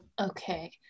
Okay